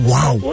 Wow